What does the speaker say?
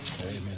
Amen